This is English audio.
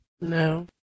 No